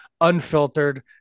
unfiltered